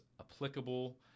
applicable